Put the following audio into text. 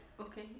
Okay